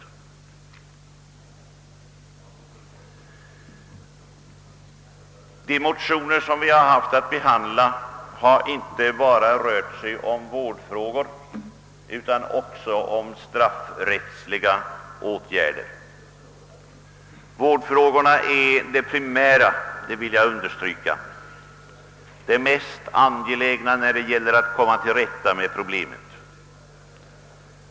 De motioner vi haft att behandla har inte bara tagit upp vårdfrågorna utan även frågan om straffrättsliga åtgärder. Vårdfrågorna är de mest angelägna — det vill jag understryka — när det gäller att komma till rätta med problemet.